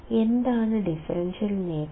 എന്താണ് ഡിഫറൻഷ്യൽ നേട്ടം